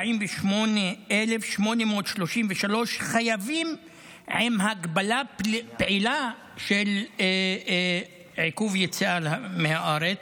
248,833 חייבים עם הגבלה פעילה של עיכוב יציאה מהארץ.